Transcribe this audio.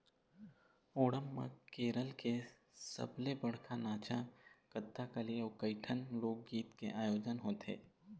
ओणम म केरल के सबले बड़का नाचा कथकली अउ कइठन लोकगीत के आयोजन होथे